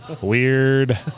Weird